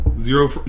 Zero